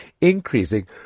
increasing